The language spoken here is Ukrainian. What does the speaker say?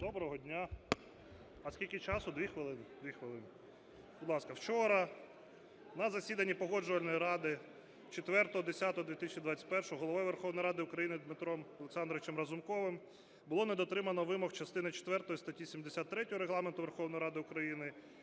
Доброго дня. А скільки часу? Дві хвилини? Дві хвилини, будь ласка. Вчора на засіданні Погоджувальної ради 04.10.2021 Головою Верховної Ради України Дмитром Олександровичем Разумковим було не дотримано вимог частини четвертої статті 73 Регламенту Верховної Ради України